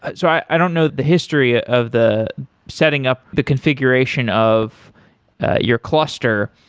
and so i don't know the history of the setting up the configuration of your cluster,